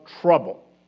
trouble